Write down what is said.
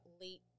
late